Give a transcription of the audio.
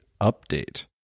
update